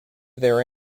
their